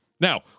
Now